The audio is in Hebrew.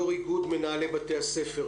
יו"ר איגוד מנהלי בתי הספר.